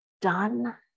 done